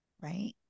right